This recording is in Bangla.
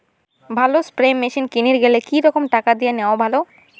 ভালো স্প্রে মেশিন কিনির গেলে কি রকম টাকা দিয়া নেওয়া ভালো?